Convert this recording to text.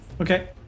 okay